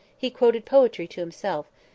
he quoted poetry to himself,